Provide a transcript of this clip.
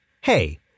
Hey